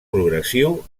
progressiu